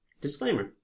Disclaimer